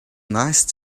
nice